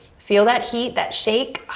feel that heat, that shake.